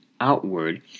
outward